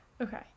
Okay